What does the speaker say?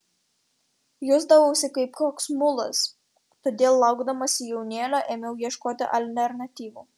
jausdavausi kaip koks mulas todėl laukdamasi jaunėlio ėmiau ieškoti alternatyvų